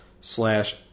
slash